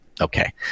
Okay